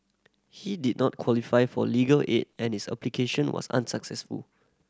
he did not qualify for legal aid and his application was unsuccessful